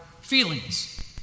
feelings